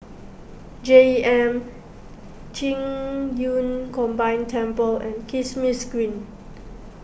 J M Qing Yun Combined Temple and Kismis Green